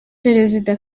perezida